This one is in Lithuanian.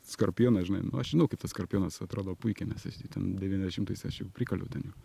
skorpioną žinai nu aš žinau kaip tas skorpionas atrodo puikiai nes ten devyniasdešimtais aš jau prikaliau ten jų